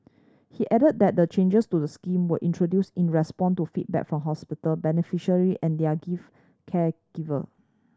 he added that the changes to the scheme were introduced in response to feedback from hospital beneficiary and their give care giver